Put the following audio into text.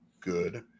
good